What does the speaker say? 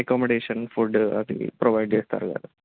accommodation food అది provide చేస్తారు కదా